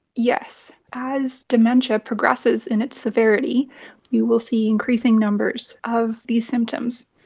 yes. as dementia progresses in its severity you will see increasing numbers of these symptoms.